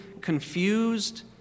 confused